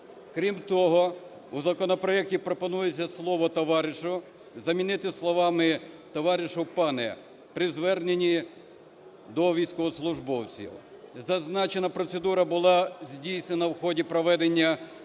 Крім того, в законопроекті пропонується слово "товаришу" замінити словами "товаришу (пане)" при зверненні до військовослужбовців. Зазначена процедура була здійснена в ході проведення